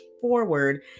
forward